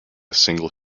single